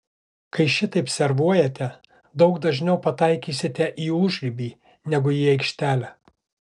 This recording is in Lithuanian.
kai šitaip servuojate daug dažniau pataikysite į užribį negu į aikštelę